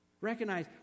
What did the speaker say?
Recognize